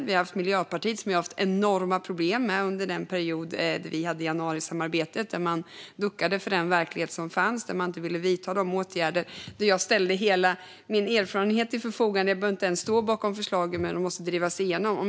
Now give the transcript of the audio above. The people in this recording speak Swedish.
Vi har haft Miljöpartiet, som vi ju hade enorma problem med under perioden med januarisamarbetet då man duckade för den verklighet som fanns och inte ville vidta åtgärderna. Jag ställde hela min erfarenhet till förfogande och behöver inte ens stå bakom förslagen, men de måste drivas igenom.